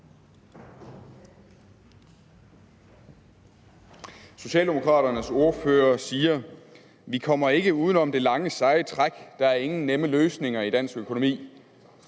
Socialdemokraternes ordfører siger: Vi kommer ikke uden om det lange, seje træk, og der er ingen nemme løsninger i dansk økonomi.